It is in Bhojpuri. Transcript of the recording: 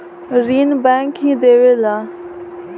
ऋण बैंक ही देवेला